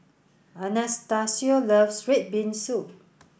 Anastacio loves red bean soup